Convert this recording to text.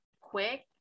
quick